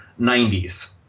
90s